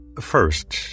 First